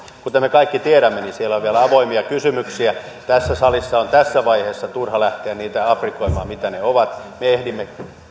kuten me kaikki tiedämme siellä on vielä avoimia kysymyksiä tässä salissa on tässä vaiheessa turha lähteä niitä aprikoimaan mitä ne ovat me ehdimme